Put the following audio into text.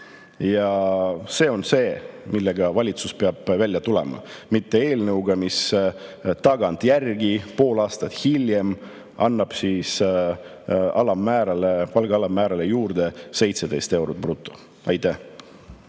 Ja see on see, millega valitsus peab välja tulema, mitte eelnõuga, mis tagantjärgi, pool aastat hiljem annab palga alammäärale juurde 17 eurot bruto. Aitäh!